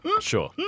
Sure